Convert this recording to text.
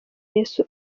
yesu